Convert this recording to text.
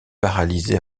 paralysé